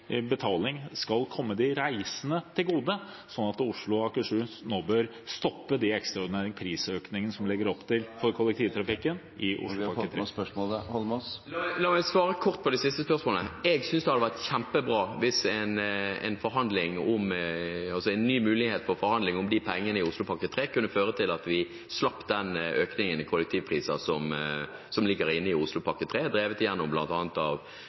betaling skal komme de reisende til gode, slik at Oslo og Akershus nå bør stoppe de ekstraordinære prisøkningene som man legger opp til for kollektivtrafikken i Oslopakke 3? La meg svare kort på det siste spørsmålet: Jeg synes det hadde vært kjempebra hvis en ny mulighet for forhandling om pengene i Oslopakke 3 kunne føre til at vi slapp den økningen i kollektivpriser som ligger inne i Oslopakke 3, drevet igjennom